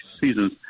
seasons